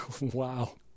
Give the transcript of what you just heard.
Wow